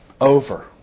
over